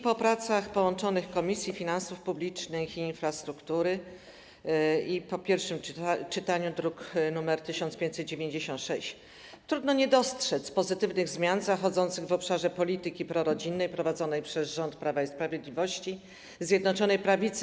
Po pracach połączonych Komisji Finansów Publicznych i Komisji Infrastruktury i po pierwszym czytaniu projektu z druku nr 1596 trudno nie dostrzec pozytywnych zmian zachodzących w obszarze polityki prorodzinnej prowadzonej przez rząd Prawa i Sprawiedliwości, Zjednoczonej Prawicy.